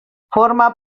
forma